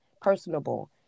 personable